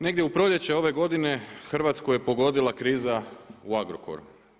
Negdje u proljeće ove godine Hrvatsku je pogodila kriza u Agrokoru.